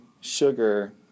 sugar